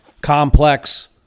complex